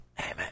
Amen